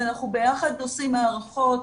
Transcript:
ואנחנו ביחד עושים הערכות,